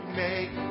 make